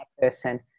person